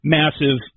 massive